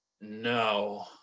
No